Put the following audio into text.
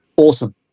Awesome